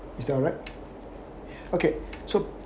is that alright okay so